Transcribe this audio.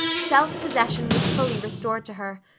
self-possession was fully restored to her,